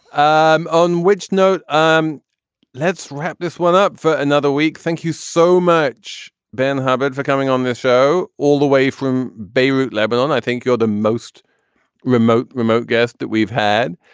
um on which note. um let's wrap this one up for another week. thank you so much, ben hubbard, for coming on this show all the way from beirut, lebanon. i think you're the most remote, remote guest that we've had.